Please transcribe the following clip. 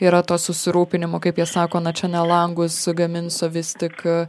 yra to susirūpinimo kaip jie sako na čia ne langus gamins o vis tik